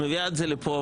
מביאה את זה לפה,